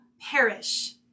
perish